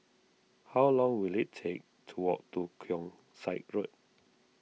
how long will it take to walk to Keong Saik Road